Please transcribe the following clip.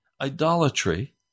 Idolatry